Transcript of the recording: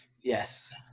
Yes